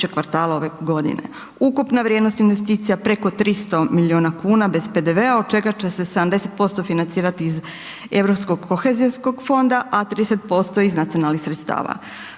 Ukupna vrijednost investicija je preko 300 milijuna kuna bez PDV-a od čega će se 70% financirati iz Europskog kohezijskog fonda a 30% iz nacionalnih sredstava.